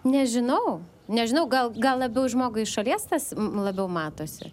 nežinau nežinau gal gal labiau žmogui iš šalies tas labiau matosi